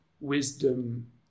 wisdom